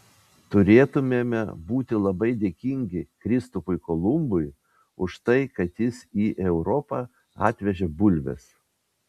turėtumėme būti labai dėkingi kristupui kolumbui už tai kad jis į europą atvežė bulves